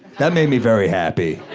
that made me very happy.